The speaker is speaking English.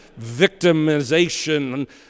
victimization